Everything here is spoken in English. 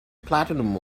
platinum